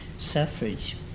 suffrage